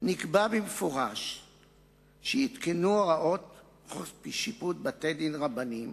נקבע במפורש שיעדכנו הוראות בשיפוט בתי-דין רבניים,